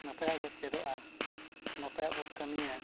ᱱᱟᱯᱟᱭᱟᱜ ᱵᱚᱱ ᱪᱮᱫᱚᱜᱼᱟ ᱱᱟᱯᱟᱭᱟᱜ ᱵᱚᱱ ᱠᱟᱹᱢᱤᱭᱟ